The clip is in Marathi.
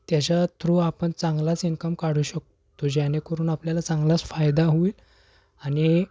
त्याच्या थ्रू आपण चांगलाच इन्कम काढू शकतो जेणेकरून आपल्याला चांगलाच फायदा होईल आणि